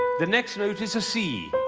the next note is a c.